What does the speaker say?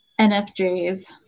NFJs